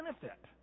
benefit